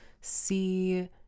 see